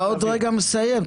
אתה עוד רגע מסיים,